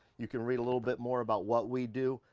you can read a little bit more about what we do.